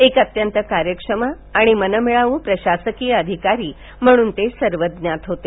एक अत्यंत कार्यक्षम आणि मनमिळाऊ प्रशासकीय अधिकारी म्हणून ते सर्वज्ञात होते